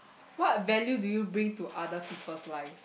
what value do you bring to other people's life